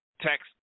text